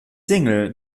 single